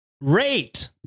rate